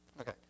Okay